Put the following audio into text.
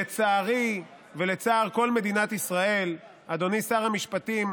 לצערי ולצער כל מדינת ישראל, אדוני שר המשפטים,